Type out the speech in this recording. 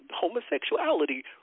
homosexuality